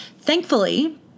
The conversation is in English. Thankfully